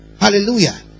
Hallelujah